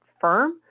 firm